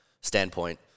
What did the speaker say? standpoint